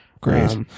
Great